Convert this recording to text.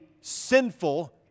sinful